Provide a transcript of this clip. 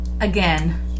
Again